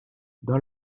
dans